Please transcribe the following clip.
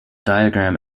diagram